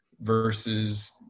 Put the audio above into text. versus